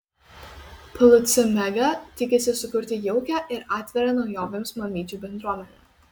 plc mega tikisi sukurti jaukią ir atvirą naujovėms mamyčių bendruomenę